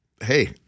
hey